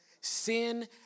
Sin